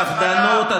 בפחדנות,